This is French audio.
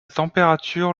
température